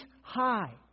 high